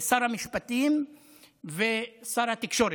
שר המשפטים ושר התקשורת,